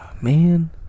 Man